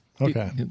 okay